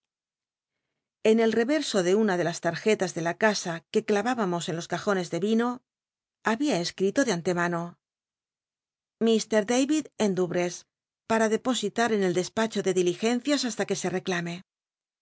en el re'crso de una ele las tarjeta s de la casa que clal ibamos en los c jones de vino babia esctilo de antemano ce mr david en douvres para depositat en el despacho de diligencias hasta que se reclame